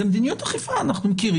זו מדיניות אכיפה, אנחנו מכירים.